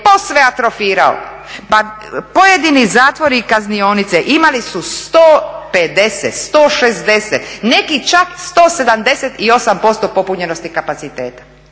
posve atrofirao. Pa pojedini zatvori i kaznionice imali su 150, 160, neki čak 178% popunjenosti kapaciteta.